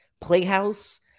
playhouse